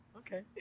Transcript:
okay